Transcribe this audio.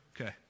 Okay